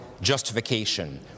justification